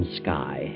sky